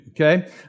okay